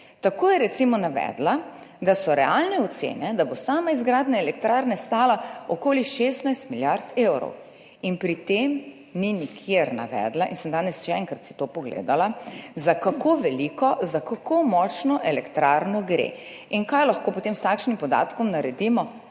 Tako je recimo navedla, da so realne ocene, da bo sama izgradnja elektrarne stala okoli 16 milijard evrov. Pri tem ni nikjer navedla, in sem si danes še enkrat to pogledala, za kako veliko, za kako močno elektrarno gre. Kaj lahko potem naredimo s takšnim podatkom? A naj rečemo,